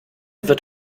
wird